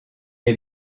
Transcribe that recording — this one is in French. est